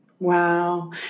Wow